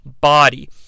body